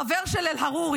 החבר של אל-עארורי,